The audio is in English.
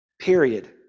period